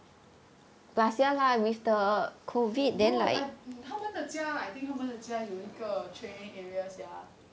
no I 他们的家 i think 他们的家有一个 training area sia